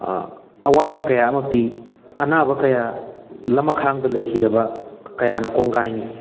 ꯑꯋꯥꯠꯄ ꯀꯌꯥ ꯑꯃ ꯄꯤ ꯑꯅꯥꯕ ꯀꯌꯥ ꯂꯃꯈꯥꯡꯗ ꯂꯩꯈꯤꯗꯕ ꯀꯌꯥꯅ ꯀꯣꯡꯒꯥꯏꯅꯤ